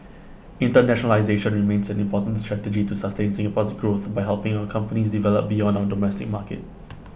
internationalisation remains an important strategy to sustain Singapore's growth by helping our companies develop beyond our domestic market